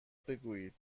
بگویید